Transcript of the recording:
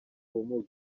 ubumuga